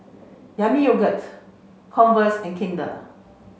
Yami Yogurt Converse and Kinder